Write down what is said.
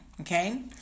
Okay